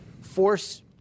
force –